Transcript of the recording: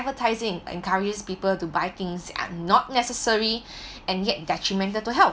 advertising encouraged people to buy things that are not necessary and yet detrimental to health